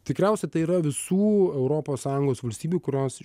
tikriausiai tai yra visų europos sąjungos valstybių kurios